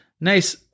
Nice